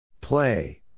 Play